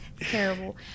Terrible